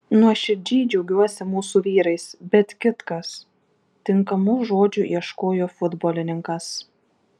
nuoširdžiai džiaugiuosi mūsų vyrais bet kitkas tinkamų žodžių ieškojo futbolininkas